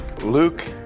Luke